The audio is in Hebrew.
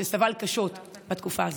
שסבל קשות בתקופה הזאת.